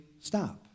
stop